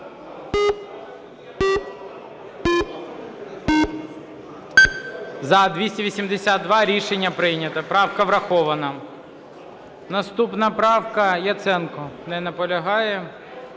За-282 Рішення прийнято. Правка врахована. Наступна правка, Яценко. Не наполягає.